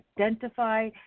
identify